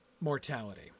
mortality